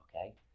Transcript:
Okay